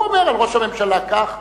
הוא אומר על ראש הממשלה כך.